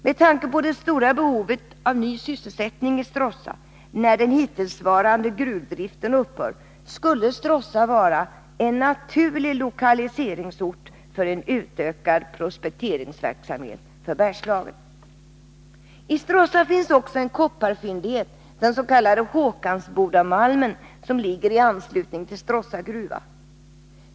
Med tanke på det stora behovet av ny sysselsättning i Stråssa när den hittillsvarande gruvdriften upphör skulle Stråssa vara en naturlig lokaliseringsort för en utökad prospekteringsverksamhet för Bergslagen. I Stråssa finns också en kopparfyndighet — den s.k. Håkansbodamalmen — som ligger i anslutning till Stråssa gruva.